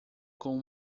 com